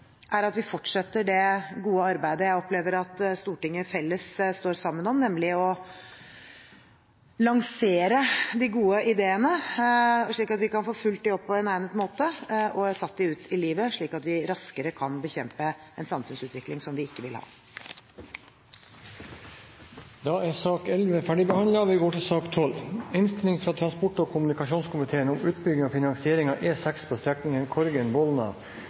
er at vi fortsetter det gode arbeidet jeg opplever at Stortinget felles står sammen om, nemlig å lansere de gode ideene, slik at vi kan få fulgt dem opp på egnet måte og satt dem ut i livet, slik at vi raskere kan bekjempe en samfunnsutvikling som vi ikke vil ha. Dermed er debatten i sak nr. 11 avsluttet. Etter ønske fra transport- og kommunikasjonskomiteen vil presidenten foreslå at taletiden blir begrenset til 5 minutter til hver gruppe og